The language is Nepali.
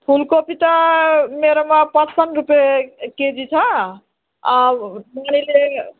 फुलकोपी त मेरोमा पच्पन्न रुपियाँ केजी छ तिमीले